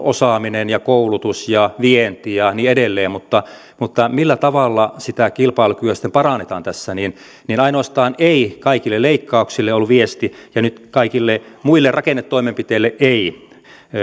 osaaminen ja koulutus ja vienti ja niin edelleen mutta mutta millä tavalla sitä kilpailukykyä sitten parannetaan tässä ainoastaan ei kaikille leikkauksille on ollut viesti ja nyt kaikille muille rakennetoimenpiteille ei